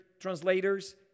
translators